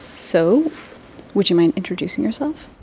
so would you mind introducing yourself?